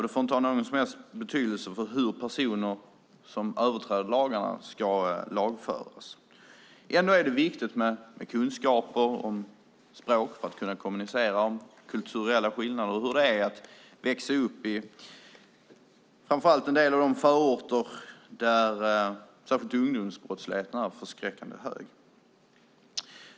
Det får inte ha någon som helst betydelse för hur personer som överträder lagarna ska lagföras. Ändå är det viktigt med kunskaper i språk för att kunna kommunicera om kulturella skillnader och hur det är att växa upp i framför allt en del av de förorter där särskilt ungdomsbrottsligheten är förskräckande hög.